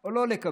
או לא לקבל,